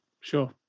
Sure